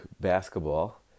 basketball